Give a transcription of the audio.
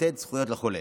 לתת זכויות לחולה.